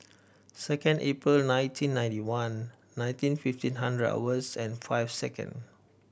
second April nineteen ninety one nineteen fifteen hundred hours and five second